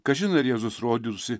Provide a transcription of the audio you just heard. kažin ar jėzus rodytųsi